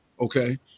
Okay